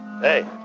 hey